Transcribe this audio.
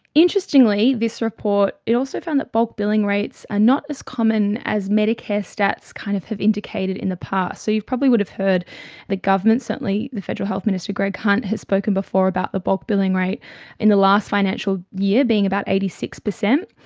interestingly this report, it also found that the bulk billing rates are not as common as medicare stats kind of have indicated in the past. so you probably would have heard the government, certainly the federal health minister greg hunt has spoken before about the bulk billing rate in the last financial year being about eighty six percent,